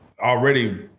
Already